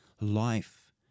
life